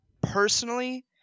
personally